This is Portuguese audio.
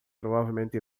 provavelmente